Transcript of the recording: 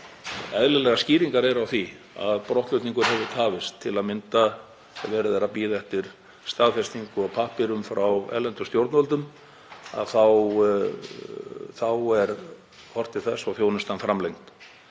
eðlilegar skýringar eru á því að brottflutningur hefur tafist, til að mynda ef verið er að bíða eftir staðfestingu á pappírum frá erlendum stjórnvöldum, þá er horft til þess og þjónustan framlengd.